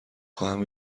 خواهم